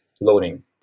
loading